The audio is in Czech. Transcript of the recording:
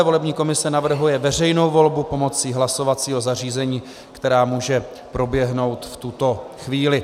Volební komise navrhuje veřejnou volbu pomocí hlasovacího zařízení, která může proběhnout v tuto chvíli.